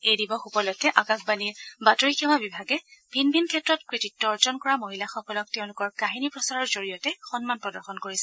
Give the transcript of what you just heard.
এই দিৱস উপলক্ষে আকাশবাণীৰ বাতৰি সেৱা বিভাগে ভিন ভিন ক্ষেত্ৰত কৃতিত্ব অৰ্জন কৰা মহিলাসকলক তেওঁলোকৰ কাহিনী প্ৰচাৰৰ জৰিয়তে সন্মান প্ৰদৰ্শন কৰিছে